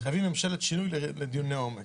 חייבים ממשלת שינוי לדיוני עומק...